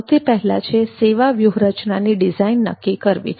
સૌથી પહેલા છે સેવા વ્યૂહરચનાની ડિઝાઇન નક્કી કરવી